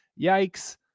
Yikes